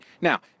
Now